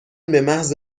بمحض